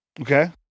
Okay